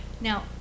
Now